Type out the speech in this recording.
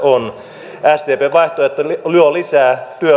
on sdpn vaihtoehto luo lisää